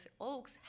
Oaks